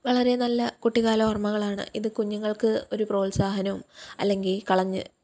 വളരെ നല്ല കുട്ടിക്കാല ഓർമകളാണ് ഇത് കുഞ്ഞുങ്ങൾക്ക് ഒരു പ്രോത്സാഹനവും അല്ലെങ്കിൽ കളഞ്ഞ്